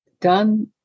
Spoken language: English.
done